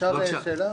אפשר שאלה?